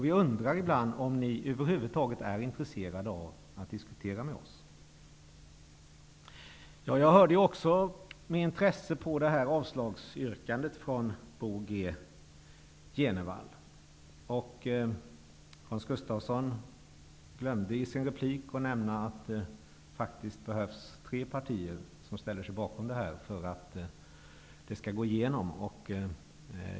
Vi undrar ibland om ni över huvud taget är intresserade av att diskutera med oss. Jag lyssnade också med intresse till avslagsyrkandet från Bo G Jenevall. Hans Gustafsson glömde i sin replik nämna att det faktiskt behövs att tre partier ställer sig bakom betänkandet för att det skall gå igenom.